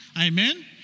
Amen